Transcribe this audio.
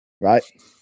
right